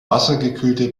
wassergekühlte